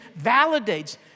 validates